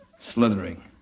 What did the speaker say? slithering